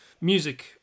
music